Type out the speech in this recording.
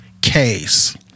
case